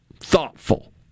thoughtful